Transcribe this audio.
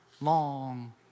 long